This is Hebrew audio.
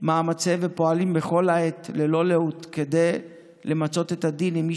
מאמציהם ופועלים בכל העת ללא לאות כדי למצות את הדין עם מי